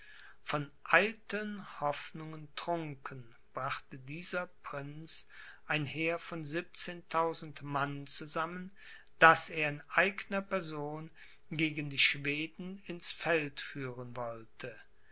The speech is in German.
von eiteln hoffnungen trunken brachte dieser prinz ein heer von siebzehntausend mann zusammen das er in eigner person gegen die schweden ins feld führen wollte